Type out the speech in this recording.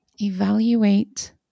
Evaluate